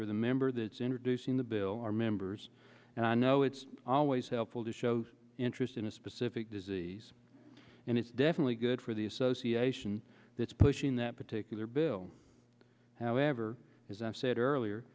member that's introducing the bill are members and i know it's always helpful to show interest in a specific disease and it's definitely good for the association that's pushing that particular bill however as i said earlier